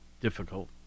difficult